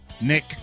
Nick